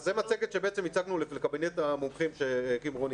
אז זו מצגת שבעצם הצגנו לקבינט המומחים שהקים רוני